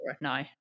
no